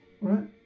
right